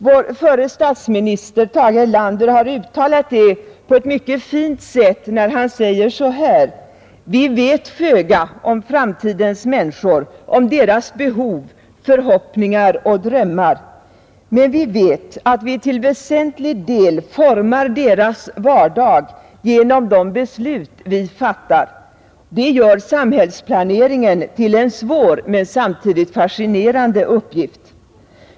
Vår förre statsminister Tage Erlander har uttalat det på ett mycket fint sätt, när han säger så här: Vi vet föga om framtidens människor, om deras behov, förhoppningar och drömmar, men vi vet att vi till väsentlig del formar deras vardag genom de beslut vi fattar. Det gör samhällsplaneringen till en svår men samtidigt fascinerande uppgift.